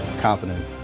competent